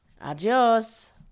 Adios